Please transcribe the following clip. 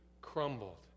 crumbled